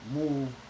move